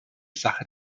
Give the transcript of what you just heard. sache